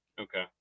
Okay